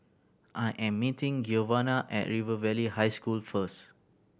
I am meeting Giovanna at River Valley High School first